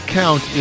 count